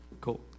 cool